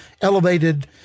elevated